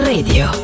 Radio